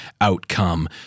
outcome